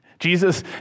Jesus